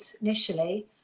initially